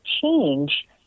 change